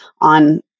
on